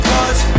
Cause